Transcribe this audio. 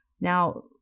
Now